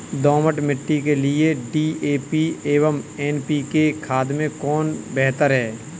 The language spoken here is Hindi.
दोमट मिट्टी के लिए डी.ए.पी एवं एन.पी.के खाद में कौन बेहतर है?